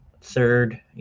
third